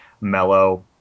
mellow